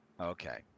Okay